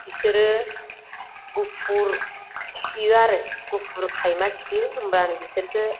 बिसोरो गुफुर खियो आरो गुफुर खायमा खियो होमब्लानो बिसोरखो